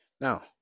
Now